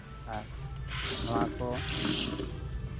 ᱟᱨ ᱱᱚᱣᱟ ᱠᱚ